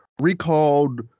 recalled